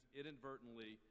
inadvertently